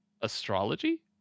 astrology